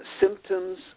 Symptoms